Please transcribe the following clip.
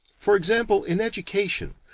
for example, in education,